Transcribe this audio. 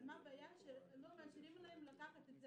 אבל הבעיה היא שלא מתירים להן לקחת את זה